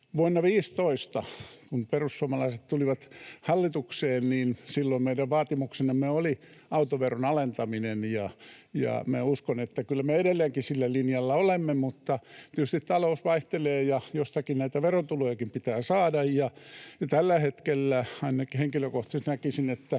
vuonna 15, kun perussuomalaiset tulivat hallitukseen, niin silloin meidän vaatimuksenamme oli autoveron alentaminen, ja minä uskon, että kyllä me edelleenkin sillä linjalla olemme, mutta tietysti talous vaihtelee ja jostakin näitä verotulojakin pitää saada, ja tällä hetkellä ainakin henkilökohtaisesti näkisin, että